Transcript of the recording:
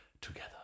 together